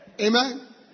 Amen